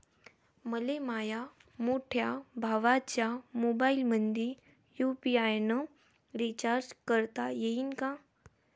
मले माह्या मोठ्या भावाच्या मोबाईलमंदी यू.पी.आय न रिचार्ज करता येईन का?